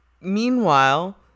meanwhile